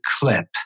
clip